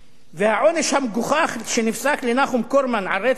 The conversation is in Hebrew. והעונש המגוחך שנפסק לנחום קורמן על רצח הילד